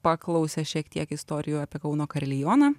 paklausę šiek tiek istorijų apie kauno karilioną